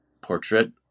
Portrait